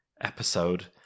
episode